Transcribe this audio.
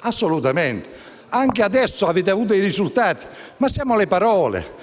assolutamente all'Europa. Anche adesso ne avete avuto i risultati: siamo alle parole,